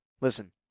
listen